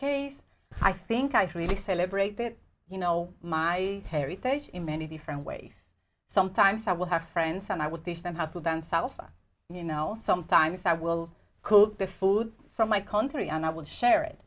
case i think i really celebrate that you know my in many different ways sometimes i will have friends and i would teach them how to dance salsa you know sometimes i will cook the food from my country and i would share it